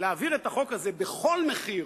להעביר את החוק הזה בכל מחיר,